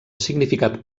significat